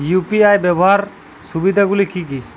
UPI ব্যাবহার সুবিধাগুলি কি কি?